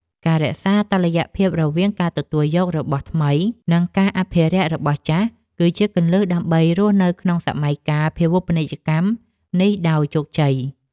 ការរក្សាតុល្យភាពរវាងការទទួលយករបស់ថ្មី និងការអភិរក្សរបស់ចាស់ គឺជាគន្លឹះដើម្បីរស់នៅក្នុងសម័យសកលភាវូបនីយកម្មនេះដោយជោគជ័យ។